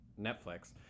netflix